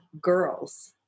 girls